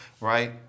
right